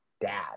dad